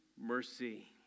mercy